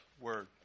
word